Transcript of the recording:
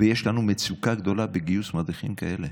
יש לנו מצוקה גדולה בגיוס מדריכים כאלה